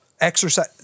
exercise